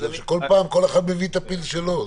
בכל פעם כל אחד מביא את הפיל שלו.